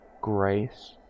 grace